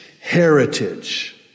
heritage